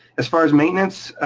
as far as maintenance,